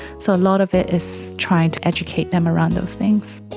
so a lot of it is trying to educate them around those things.